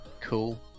Cool